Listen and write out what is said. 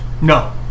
No